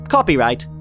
Copyright